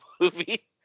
movie